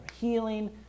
healing